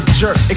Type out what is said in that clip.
jerk